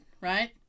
right